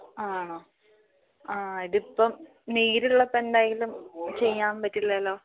ആ ആണോ ആ ഇതിപ്പം നീരുള്ളത് ഇപ്പം എന്തായാലും ചെയ്യാൻ പറ്റില്ലല്ലോ